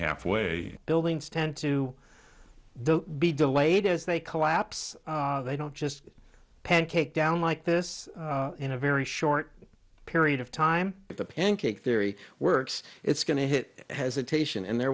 half way buildings tend to the be delayed as they collapse they don't just pancake down like this in a very short period of time but the pancake theory works it's going to hit hesitation and there